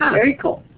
um very cool.